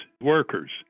workers